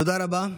תודה רבה.